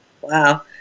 Wow